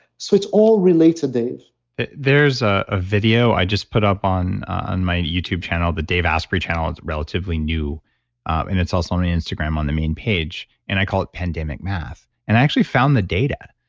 so it's all related dave there's a ah video i just put up on and my youtube channel. the dave asprey channel is relatively new and it's also on my instagram on the main page, and i call it pandemic math and i actually found the data,